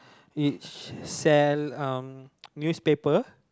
it sells newspaper